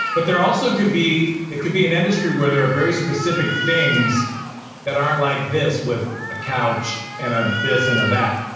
but there also could be, it could be an industry where there are very specific things that aren't like this, with a couch and a this and a that,